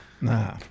Nah